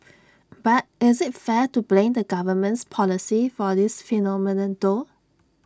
but is IT fair to blame the government's policy for this phenomenon though